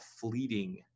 fleeting